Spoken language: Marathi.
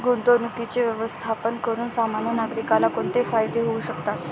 गुंतवणुकीचे व्यवस्थापन करून सामान्य नागरिकाला कोणते फायदे होऊ शकतात?